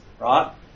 right